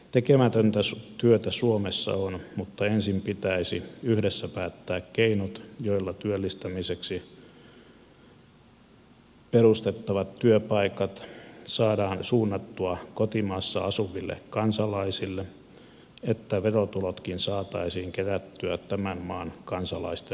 tekemätöntä työtä suomessa on mutta ensin pitäisi yhdessä päättää keinot joilla työllistämiseksi perustettavat työpaikat saadaan suunnattua kotimaassa asuville kansalaisille että verotulotkin saataisiin kerättyä tämän maan kansalaisten hyväksi